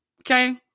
okay